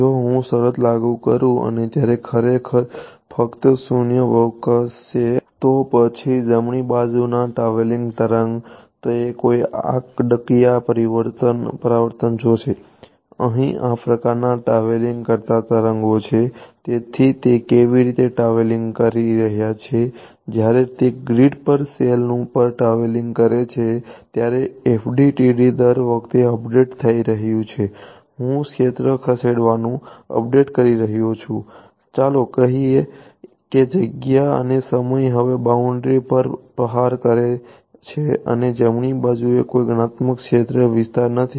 જો હું શરત લાગુ કરું અને ત્યાં ખરેખર ફક્ત શૂન્યાવકાશ છે તો પછી જમણી બાજુના ટ્રાવેલિંગ તરંગમાં નથી